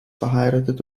verheiratet